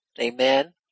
amen